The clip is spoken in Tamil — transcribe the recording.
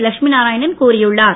லட்சுமி நாராயணன் கூறியுள்ளார்